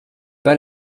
pas